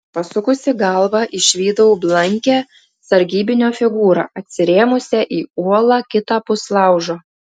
pasukusi galvą išvydau blankią sargybinio figūrą atsirėmusią į uolą kitapus laužo